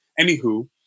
Anywho